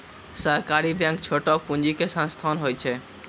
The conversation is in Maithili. सहकारी बैंक छोटो पूंजी के संस्थान होय छै